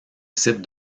site